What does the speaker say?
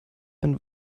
einen